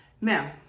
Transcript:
Now